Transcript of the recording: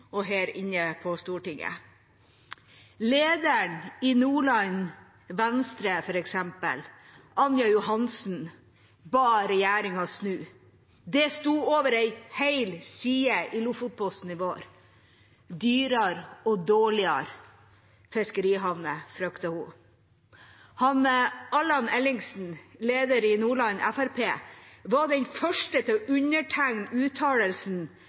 og her inne på Stortinget. Lederen i Nordland Venstre f.eks., Anja Johansen, ba regjeringa snu. Det sto over en hel side i Lofotposten i vår. Dyrere og dårligere fiskerihavner, fryktet hun. Allan Ellingsen, leder i Nordland Fremskrittsparti, var den første til å undertegne uttalelsen: